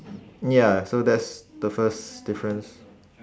ya so that's the first difference